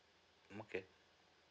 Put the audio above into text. mm okay